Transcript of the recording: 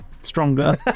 stronger